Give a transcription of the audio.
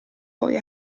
poi